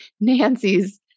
Nancy's